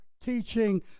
teaching